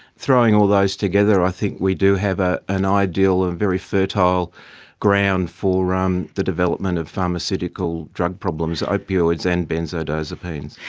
throwing all those together i think we do have ah an ideal and very fertile ground for um the development of pharmaceutical drug problems, opioids and benzodiazepines.